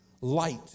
Light